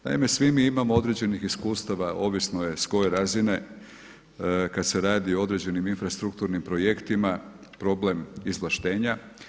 Naime, svi mi imamo određenih iskustava, ovisno je s koje razine, kada se radi o određenim infrastrukturnim projektima, problem izvlaštenja.